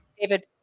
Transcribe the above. David